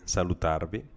salutarvi